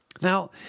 Now